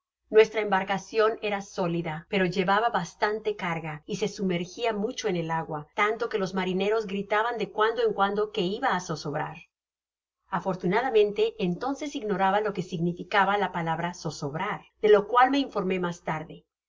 nuestra embarcacion era sólida pero llevaba bastante carga y se sumergia mucho en el agua tanto que los marineros gritaban de cuando en cuando que iba á zozobrar afortunadamente entonces ignoraba lo que significaba la palabra zozobrar de lo cual me informé mas tarde la